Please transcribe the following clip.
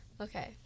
Okay